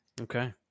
Okay